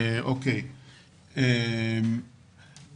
בנוסף ליעדי ההיפגעות,